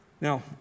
Now